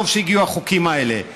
טוב שהגיעו החוקים האלה.